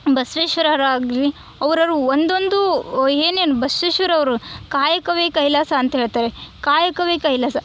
ಬಸ್ವೇಶ್ವರರು ಆಗಲಿ ಅವ್ರವ್ರ ಒಂದೊಂದು ಏನೇನು ಬಸ್ವೇಶ್ವರ ಅವರು ಕಾಯಕವೇ ಕೈಲಾಸ ಅಂತ ಹೇಳ್ತಾರೆ ಕಾಯಕವೇ ಕೈಲಾಸ